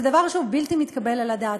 זה דבר שהוא בלתי מתקבל על הדעת,